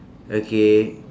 okay